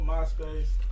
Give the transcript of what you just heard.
MySpace